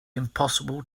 impossible